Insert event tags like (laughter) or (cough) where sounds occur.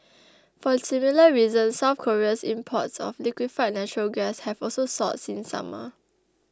(noise) for similar reasons South Korea's imports of liquefied natural gas have also soared since summer